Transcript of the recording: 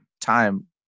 time